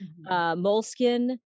moleskin